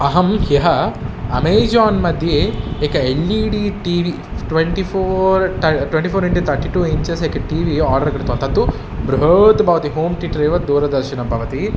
अहं ह्यः अमेजान्मध्ये एकम् L E D T V twenty four to twenty four into thirty two inches एकं टि वि ओर्डर् कृतवान् तत्तु बृहत् भवति होम् त्येटर् इव दूरदर्शनं भवति